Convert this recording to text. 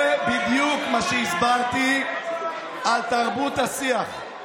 זה בדיוק מה שהסברתי על תרבות השיח.